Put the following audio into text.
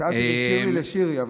שאלתי אם זה שירלי או שירי.